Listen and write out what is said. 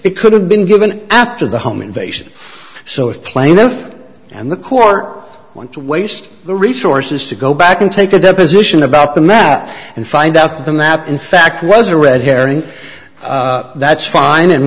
it could have been given after the home invasion so if the plaintiff and the court want to waste the resources to go back and take a deposition about the map and find out the map in fact was a red herring that's fine and